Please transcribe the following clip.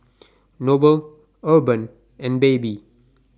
Noble Urban and Baby